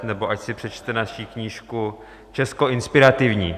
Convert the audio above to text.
nebo ať si přečte naši knížku Česko inspirativní.